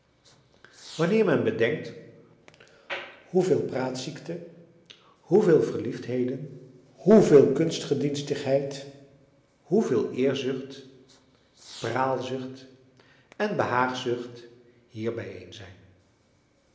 wanneer men bedenkt hoe veel praatziekte hoe veel verliefdheden hoe veel kunstgedienstigheid hoe veel eerzucht praalzucht en behaagzucht hier